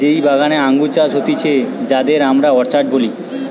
যেই বাগানে আঙ্গুর চাষ হতিছে যাতে আমরা অর্চার্ড বলি